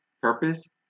purpose